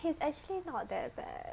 he's actually not that bad